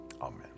Amen